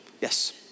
Yes